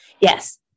Yes